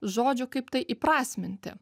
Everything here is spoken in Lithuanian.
žodžių kaip tai įprasminti